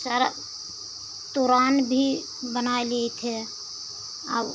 सारा तोरान भी बनाए ले थे अब